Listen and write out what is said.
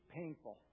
painful